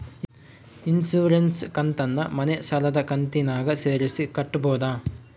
Insurance ಕಂತನ್ನ ಮನೆ ಸಾಲದ ಕಂತಿನಾಗ ಸೇರಿಸಿ ಕಟ್ಟಬೋದ?